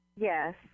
Yes